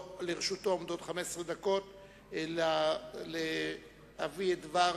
לרשותו עומדות 15 דקות להביא את דבר